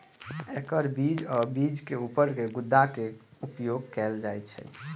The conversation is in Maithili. एकर बीज आ बीजक ऊपर के गुद्दा के उपयोग कैल जाइ छै